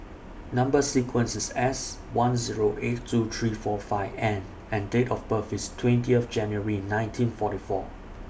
Number sequence IS S one Zero eight two three four five N and Date of birth IS twenty of January nineteen forty four